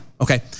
Okay